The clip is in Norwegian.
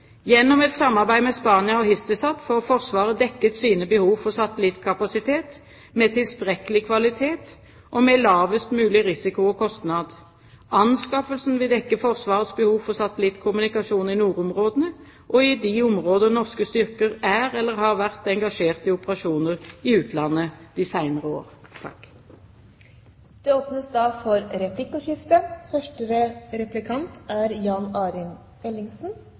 Gjennom et samarbeid med Spania og Hisdesat får Forsvaret dekket sine behov for satellittkapasitet med tilstrekkelig kvalitet, og med lavest mulig risiko og kostnad. Anskaffelsen vil dekke Forsvarets behov for satellittkommunikasjon i nordområdene og i de områder norske styrker er eller har vært engasjert i operasjoner i utlandet de senere år.